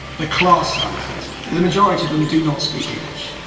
the class sizes. the majority of them do not speak english.